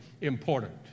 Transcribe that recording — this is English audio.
important